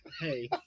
Hey